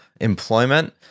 employment